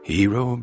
Hero